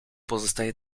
pozostaje